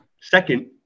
Second